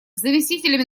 заместителями